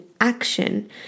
action